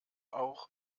auch